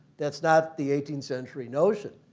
that's not the eighteenth century notion.